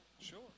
Sure